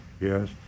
yes